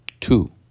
two